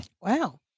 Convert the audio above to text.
Wow